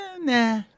nah